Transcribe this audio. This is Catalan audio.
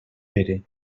pere